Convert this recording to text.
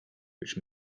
which